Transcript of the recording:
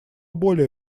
более